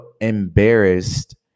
embarrassed